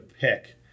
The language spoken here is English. pick